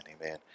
Amen